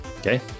Okay